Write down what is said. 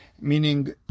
meaning